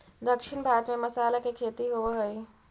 दक्षिण भारत में मसाला के खेती होवऽ हइ